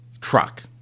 truck